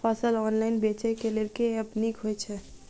फसल ऑनलाइन बेचै केँ लेल केँ ऐप नीक होइ छै?